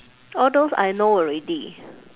all those I know already